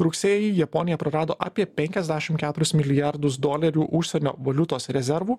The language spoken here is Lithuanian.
rugsėjį japonija prarado apie penkiasdešim keturis milijardus dolerių užsienio valiutos rezervų